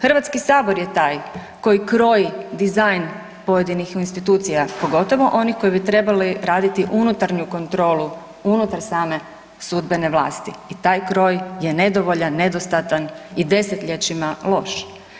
HS je taj koji kroji dizajn pojedinih institucija, pogotovo onih koji bi trebali raditi unutarnju kontrolu unutar same sudbene vlasti i taj kroj je nedovoljan, nedostatan i desetljećima loš.